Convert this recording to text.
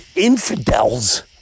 Infidels